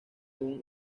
una